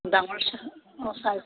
ডাঙৰ চা অঁ চাইজ